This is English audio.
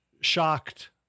shocked